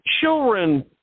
children